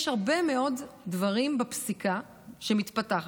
יש הרבה מאוד דברים בפסיקה שמתפתחת,